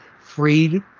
free